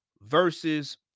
versus